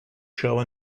show